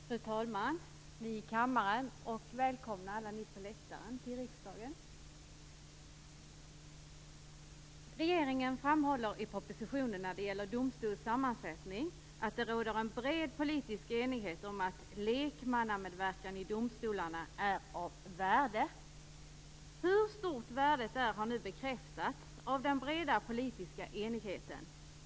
Fru talman! Ni i kammaren! Och välkommen till riksdagen alla ni som sitter på åhörarläktaren. Regeringen framhåller i propositionen när det gäller domstolarnas sammansättning att det råder en bred politisk enighet om att lekmannamedverkan i domstolarna är av värde. Hur stort värdet är har nu bekräftats av den breda politiska enigheten.